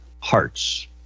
hearts